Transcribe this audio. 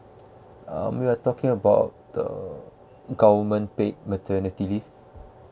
um me are talking about the government paid maternity leave